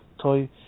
toy